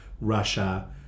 Russia